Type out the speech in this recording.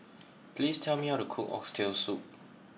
please tell me how to cook Oxtail Soup